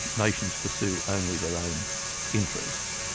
nations pursue only their own interests.